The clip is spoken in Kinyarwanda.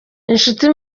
inshuti